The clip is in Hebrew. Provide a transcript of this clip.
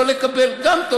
לא לקבל, גם טוב.